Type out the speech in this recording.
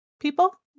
people